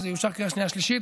וזה נמשך לקריאה שנייה ושלישית.